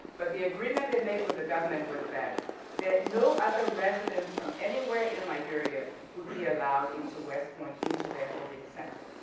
but the agreement they made with the government was that that no other residents from anywhere in liberia would be allowed into west point, into their holding center,